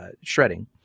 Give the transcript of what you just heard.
shredding